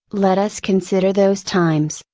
let us consider those times,